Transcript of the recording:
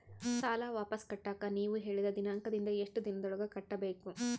ಸಾಲ ವಾಪಸ್ ಕಟ್ಟಕ ನೇವು ಹೇಳಿದ ದಿನಾಂಕದಿಂದ ಎಷ್ಟು ದಿನದೊಳಗ ಕಟ್ಟಬೇಕು?